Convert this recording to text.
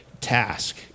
task